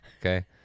Okay